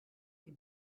les